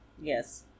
Yes